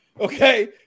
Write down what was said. okay